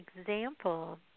example